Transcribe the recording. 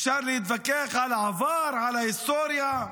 אפשר להתווכח על העבר, על ההיסטוריה,